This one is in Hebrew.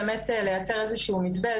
באמת לייצר איזשהו מתווה,